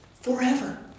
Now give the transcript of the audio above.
forever